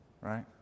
right